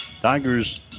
Tigers